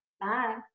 Bye